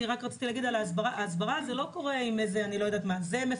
לעניין ההסברה זה לא קורה עם סתם אדם,